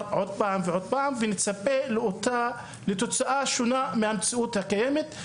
ונצפה לתוצאה שונה מהמציאות הקיימת.